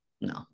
No